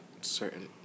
certain